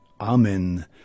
Amen